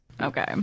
Okay